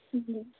ᱦᱮᱸ